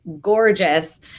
gorgeous